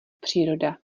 příroda